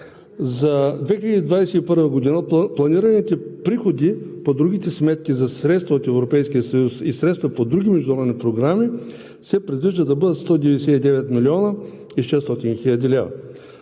За 2021 г. планираните приходи по другите сметки за средства от Европейския съюз и средства по други международни програми се предвижда да бъдат 199,6 млн. лв.